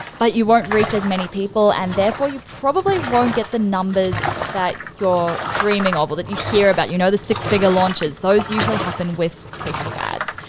but you won't reach as many people and therefore you probably won't get the numbers that you're dreaming of, or that you hear about, you know the six figure launches. those usually happen with facebook ads.